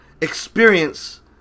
experience